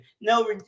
No